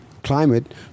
climate